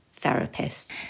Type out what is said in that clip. therapists